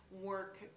work